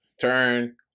Turn